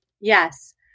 Yes